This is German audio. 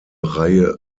reihe